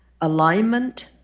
alignment